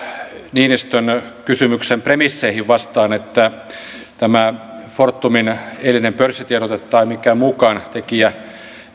niinistön kysymyksen premisseihin vastaan että tämä fortumin eilinen pörssitiedote tai mikään muukaan tekijä